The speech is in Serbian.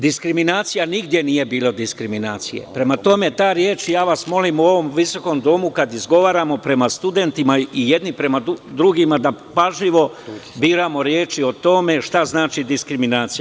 Diskriminacija nigde nije bila, prema tome, ta reč, ja vas molim u ovom visokom domu, kad izgovaramo prema studentima i jedni prema drugima da pažljivo biramo reči o tome šta znači diskriminacija.